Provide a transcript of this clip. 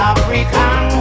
African